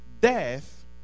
death